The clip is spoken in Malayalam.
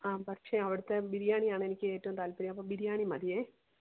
ആ പക്ഷെ അവിടുത്തെ ബിരിയാണ് എനിക്കേറ്റവും താല്പര്യം അപ്പോൾ ബിരിയാണി മതിയേ